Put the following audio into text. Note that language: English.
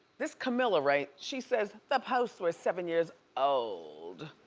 this camila, right, she says, the post were seven years old,